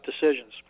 decisions